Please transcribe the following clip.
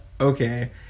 okay